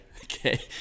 Okay